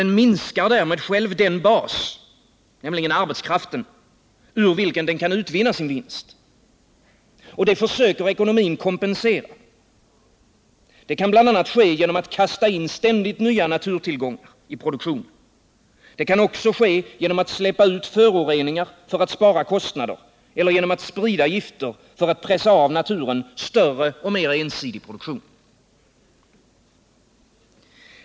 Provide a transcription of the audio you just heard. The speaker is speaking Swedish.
Den minskar därmed själv den bas — arbetskraften — ur vilken den kan utvinna sin vinst. Detta försöker ekonomin kompensera. Det kan bl.a. ske genom att man kastar in ständigt nya naturtillgångar i produktionen. Det kan också ske genom att man släpper ut föroreningar för att minska kostnader eller genom att man sprider gifter för att pressa av naturen större och mer ensidig produktion.